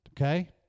Okay